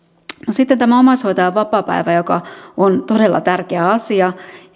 sitten tämä omaishoitajan vapaapäivä joka on todella tärkeä asia